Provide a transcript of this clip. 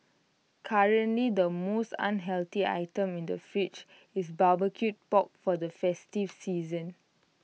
currently the most unhealthy item in the fridge is barbecued pork for the festive season